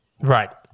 right